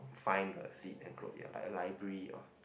find a seed and grow it like a library of